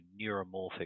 neuromorphic